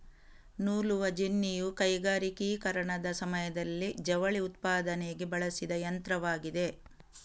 ನೂಲುವ ಜೆನ್ನಿಯು ಕೈಗಾರಿಕೀಕರಣದ ಸಮಯದಲ್ಲಿ ಜವಳಿ ಉತ್ಪಾದನೆಗೆ ಬಳಸಿದ ಯಂತ್ರವಾಗಿದೆ